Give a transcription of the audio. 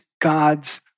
God's